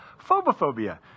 phobophobia